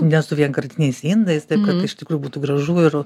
ne su vienkartiniais indais taip kad iš tikrųjų būtų gražu ir